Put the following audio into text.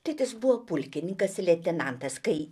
tėtis buvo pulkininkas leitenantas kai